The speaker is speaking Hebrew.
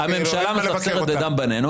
כאילו למה לבקר אותם.